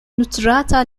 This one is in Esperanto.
nutrata